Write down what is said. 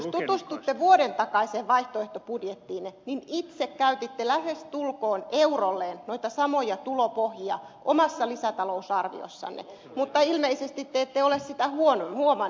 jos tutustutte vuoden takaiseen vaihtoehtobudjettiinne niin itse käytitte lähestulkoon eurolleen noita samoja tulopohjia omassa lisätalousarviossanne mutta ilmeisesti te ette ole sitä huomannut